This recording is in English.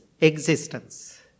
existence